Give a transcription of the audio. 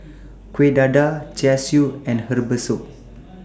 Kuih Dadar Char Siu and Herbal Soup